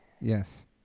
Yes